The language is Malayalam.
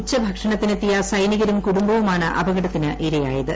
ഉച്ചഭക്ഷണത്തിനെത്തിയ സൈനീകരും കുടുംബവുമാണ് അപകടത്തിനിരയായത്